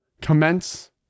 Commence